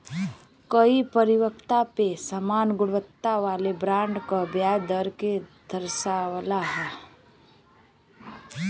कई परिपक्वता पे समान गुणवत्ता वाले बॉन्ड क ब्याज दर के दर्शावला